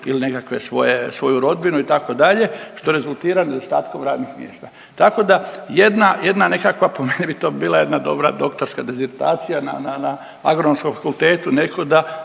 ili nekakvu svoju rodbinu itd. što rezultira nedostatkom radnih mjesta. Tako da jedna nekakva po meni bi to bila jedna dobra doktorska disertacija na Agronomskom fakultetu